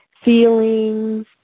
feelings